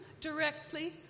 Directly